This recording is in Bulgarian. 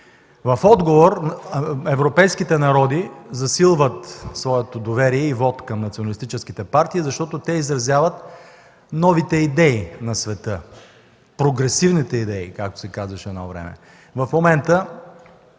В отговор европейските народи засилват своето доверие и вот към националистическите партии, защото те изразяват новите идеи на света – прогресивните идеи, както се казваше едно време.